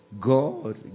God